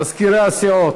מזכירי הסיעות,